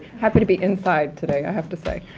happy to be inside today, i have to say.